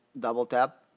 double tap.